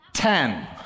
Ten